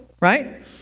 Right